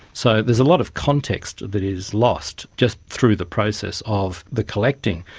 so there's a lot of context that is lost just through the process of the collecting.